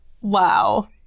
wow